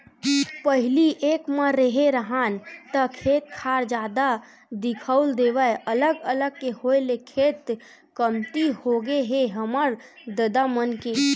पहिली एक म रेहे राहन ता खेत खार जादा दिखउल देवय अलग अलग के होय ले खेत कमती होगे हे हमर ददा मन के